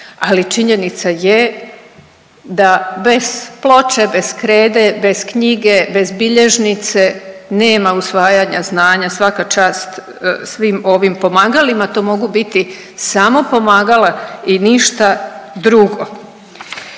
ali činjenica je da bez ploče, bez krede, bez knjige, bez bilježnice nema usvajanja znanja. Svaka čast svim ovim pomagalima, to mogu biti samo pomagala i ništa drugo.